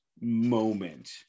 moment